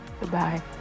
Goodbye